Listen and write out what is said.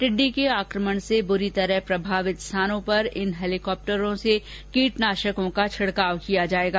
टिड्डी के आक्रमण से बुरी तरह प्रभावित स्थानों पर इन हेलीकॉप्टरों से कीटनाशकों का छिड़काव किया जायेगा